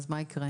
אז מה יקרה?